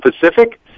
Pacific